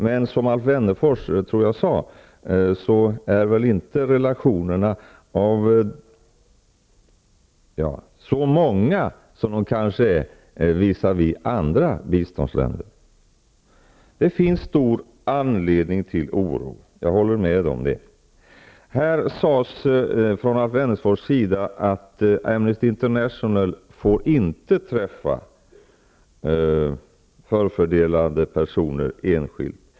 Men som någon här sade -- jag tror att det var Alf Wennerfors -- är väl inte relationerna så många som de kanske är visavi andra biståndsländer. Det finns stor anledning till oro. Jag håller med om det. Alf Wennerfors sade att Amnesty International inte får träffa förfördelade personer enskilt.